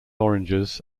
oranges